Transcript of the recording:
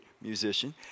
musician